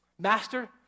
Master